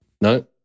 No